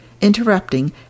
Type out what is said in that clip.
interrupting